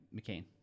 McCain